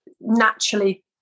naturally